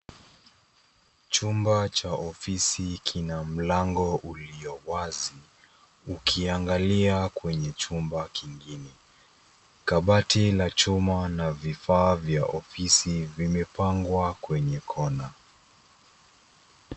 Chumba cha ofisini kina mlango uliowazi ukiangalia kwenye chumba kingine. Kabati la chumba na vifaa vya ofisi vimepangwa kwenye kona.